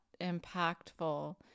impactful